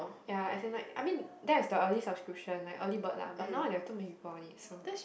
ya as in like I mean that is the early subscription like early bird lah but now there are too many people on it so